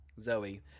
Zoe